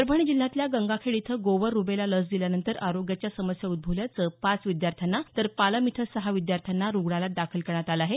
परभणी जिल्ह्यातल्या गंगाखेड इथं गोवर रुबेला लस दिल्यानंतर आरोग्याच्या समस्या उद्दवल्यानं पाच विद्यार्थ्यांना तर पालम इथं सहा विद्यार्थ्यांना रुग्णालयात दाखल करण्यात आलं आहे